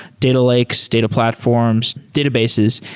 data lakes, data platforms, databases,